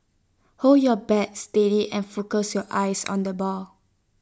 hold your bat steady and focus your eyes on the ball